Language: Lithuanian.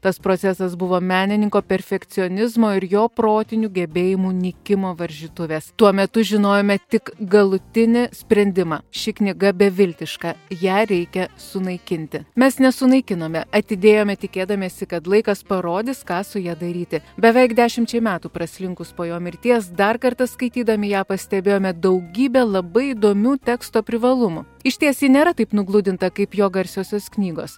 tas procesas buvo menininko perfekcionizmo ir jo protinių gebėjimų nykimo varžytuvės tuo metu žinojome tik galutinį sprendimą ši knyga beviltiška ją reikia sunaikinti mes nesunaikinome atidėjome tikėdamiesi kad laikas parodys ką su ja daryti beveik dešimčiai metų praslinkus po jo mirties dar kartą skaitydami ją pastebėjome daugybę labai įdomių teksto privalumų išties ji nėra taip nugludinta kaip jo garsiosios knygos